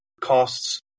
costs